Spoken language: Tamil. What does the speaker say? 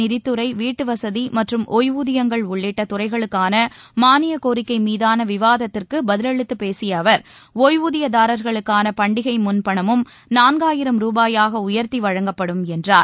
நிதித்துறை வீட்டு வசதி மற்றும் ஒய்வூதியங்கள் உள்ளிட்ட துறைகளுக்கான மானியக் கோரிக்கை மீதான விவாதத்திற்கு பதிலளித்துப் பேசிய அவர் ஒய்வூதியதாரர்களுக்கான பண்டிகை முன்பணமும் நான்காயிரம் ரூபாயாக உயர்த்தி வழங்கப்படும் என்றார்